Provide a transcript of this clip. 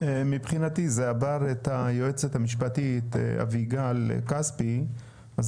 מבחינתי זה עבר את היועצת המשפטית אביגל כספי אז